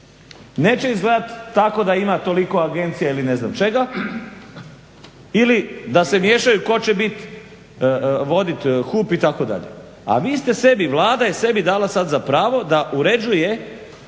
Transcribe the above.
neće izgledat tako da ima toliko agencija ili ne znam čega ili da se miješaju tko će voditi HUP itd. A vi ste sebi, Vlada je sebi dala sad za pravo da uređuje